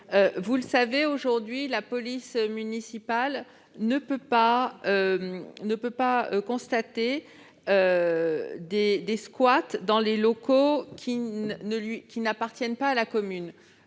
municipaux. Aujourd'hui, la police municipale ne peut pas constater le squat de locaux qui n'appartiennent pas à la commune.